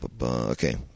okay